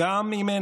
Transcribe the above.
גם במים,